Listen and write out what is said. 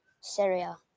Syria